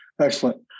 Excellent